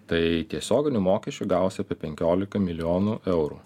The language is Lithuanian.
tai tiesioginių mokesčių gavosi apie penkiolika milijonų eurų